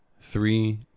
Three